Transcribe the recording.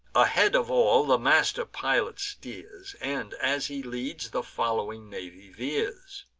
ahead of all the master pilot steers and, as he leads, the following navy veers.